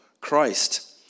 Christ